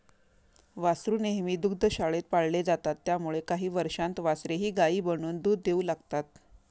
वासरू नेहमी दुग्धशाळेत पाळले जातात त्यामुळे काही वर्षांत वासरेही गायी बनून दूध देऊ लागतात